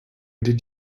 did